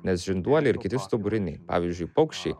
nes žinduoliai ir kiti stuburiniai pavyzdžiui paukščiai